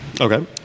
Okay